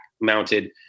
mounted